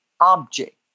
object